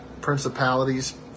principalities